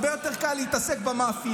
הרבה יותר קל להתעסק במאפיות,